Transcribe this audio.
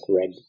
red